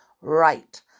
Right